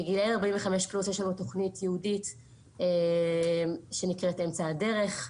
בגילאי 45 ומעלה יש לנו תוכנית ייעודית שנקראת אמצע הדרך,